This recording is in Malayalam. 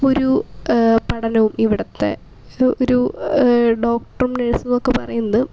ഒരു പഠനവും ഇവിടുത്തെ ഒരു ഡോക്ടറും നേഴ്സും ഒക്കെ പറയുന്നത്